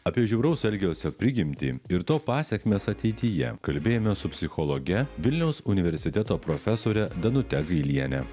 apie žiauraus elgesio prigimtį ir to pasekmes ateityje kalbėjomės su psichologe vilniaus universiteto profesore danute gailiene